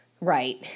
Right